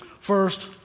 First